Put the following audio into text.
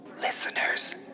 Listeners